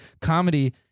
Comedy